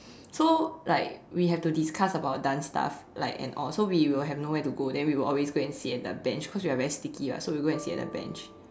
so like we have to discuss about dance stuff like and all so we will have nowhere to go then we will always go and sit at the bench cause we are very sticky [what] so we go and sit at the bench